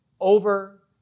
Over